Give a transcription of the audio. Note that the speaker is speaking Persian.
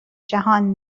جهان